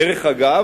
דרך אגב,